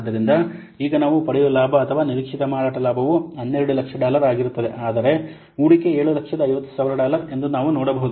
ಆದ್ದರಿಂದ ಈಗ ನಾವು ಪಡೆಯುವ ಲಾಭ ಅಥವಾ ನಿರೀಕ್ಷಿತ ಮಾರಾಟ ಲಾಭವು 1200000 ಡಾಲರ್ ಆಗಿರುತ್ತದೆ ಆದರೆ ಹೂಡಿಕೆ 750000 ಡಾಲರ್ ಎಂದು ನಾವು ನೋಡಬಹುದು